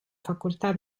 facoltà